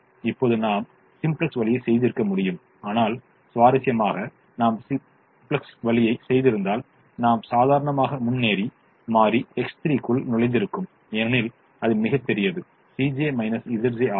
இப்போது நாம் சிம்ப்ளக்ஸ் வழியைச் செய்திருக்க முடியும் ஆனால் சுவாரஸ்யமாக நாம் சிம்ப்ளக்ஸ் வழியைச் செய்திருந்தால் நாம் சாதாரணமாக முன்னேறி மாறி X3 க்குள் நுழைந்திருக்கும் ஏனெனில் அது மிகப்பெரியது ஆகும்